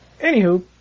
Anywho